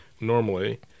normally